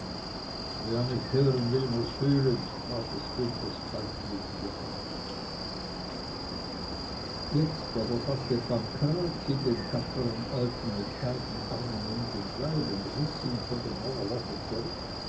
wer nicht hören will muß fühlen war des bündners kaltblütige antwort jetzt aber faßte pancrazi den tapfern alten mit beiden armen um den leib und riß ihn von dem mauerloche zurück